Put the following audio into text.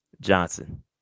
Johnson